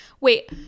Wait